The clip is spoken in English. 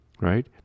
right